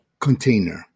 container